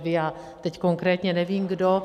Já teď konkrétně nevím kdo.